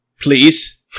please